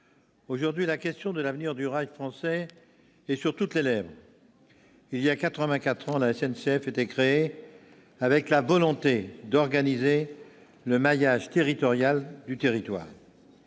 aujourd'hui la question de l'avenir du rail français est sur toutes les lèvres. Il y a quatre-vingt-quatre ans, la SNCF était créée avec la volonté d'organiser le maillage du territoire.